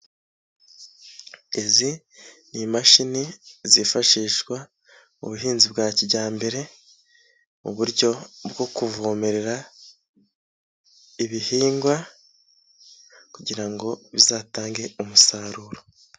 Izi ni imashini zifashishwa mu buhinzi bwa kijyambere mu buryo bwo kuvomerera ibihingwa kugira ngo bizatange umusaruro.